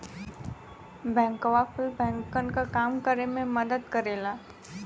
बैंकवा कुल बैंकन क काम करे मे मदद करेला